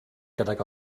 gydag